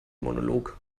monolog